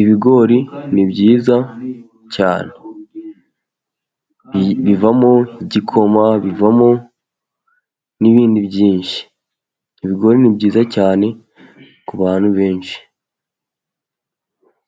ibigori ni byiza cyane bivamo igikoma, bivamo n'ibindi byinshi, ibigori ni byiza cyane ku bantu benshi.